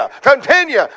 continue